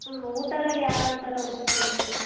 ಹಾಂ ಊಟದಲ್ಲಿ ಯಾವ ಯಾವ ಥರ ಊಟ ಸಿಗುತ್ತೆ